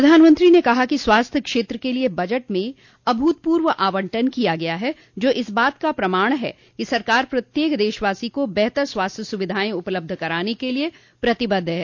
प्रधानमंत्री ने कहा कि स्वास्थ्य क्षेत्र के लिए बजट में अभूतपूर्व आवंटन किया गया है जो इस बात का प्रमाण है कि सरकार प्रत्येक देशवासी को बेहतर स्वास्थ्य सूविधाएं उपलब्ध कराने के लिए प्रतिबद्ध है